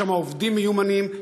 יש שם עובדים מיומנים,